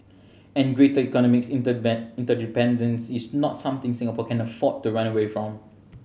and greater economic interdependence is not something Singapore can afford to run away from